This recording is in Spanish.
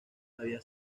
había